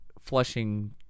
Flushing